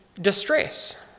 distress